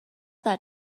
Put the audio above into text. that